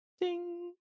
ding